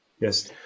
yes